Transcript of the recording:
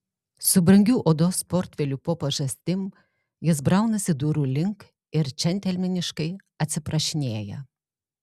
su brangiu odos portfeliu po pažastim jis braunasi durų link ir džentelmeniškai atsiprašinėja